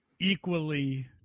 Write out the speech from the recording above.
equally